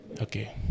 Okay